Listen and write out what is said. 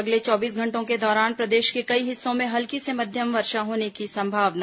अगले चौबीस घंटों के दौरान प्रदेश के कई हिस्सों में हल्की से मध्यम वर्षा होने की संभावना